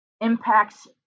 impacts